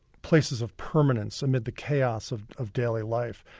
places of permanence amid the chaos of of daily life.